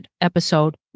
episode